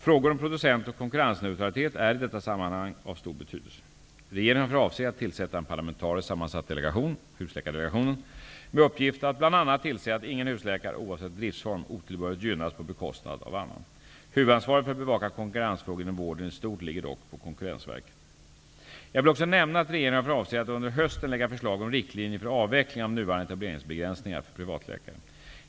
Frågor om producent och konkurrensneutralitet är i detta sammanhang av stor betydelse. Regeringen har för avsikt att tillsätta en parlamentariskt sammansatt delegation -- husläkardelegationen -- med uppgift att bl.a. tillse att ingen husläkare, oavsett driftsform, otillbörligt gynnas på bekostnad av annan. Huvudansvaret för att bevaka konkurrensfrågor inom vården i stort ligger dock på Jag vill också nämna att regeringen har för avsikt att under hösten lägga förslag om riktlinjer för avveckling av nuvarande etableringsbegränsningar för privatläkare.